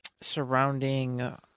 surrounding